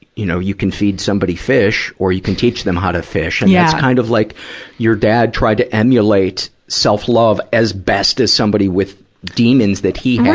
you know, you could feed somebody fish or you can teach them how to fish. and that's kind of, like your dad tried to emulate self-love as best as somebody with demons that he had,